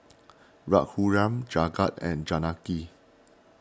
Raghuram Jagat and Janaki